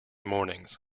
mornings